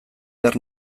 behar